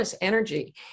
energy